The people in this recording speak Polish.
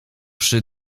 przy